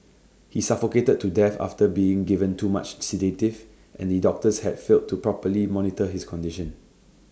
he suffocated to death after being given too much sedative and the doctors had failed to properly monitor his condition